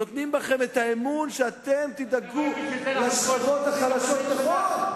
נותנים בכם אמון שאתם תדאגו לשכבות החלשות, נכון.